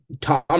Tom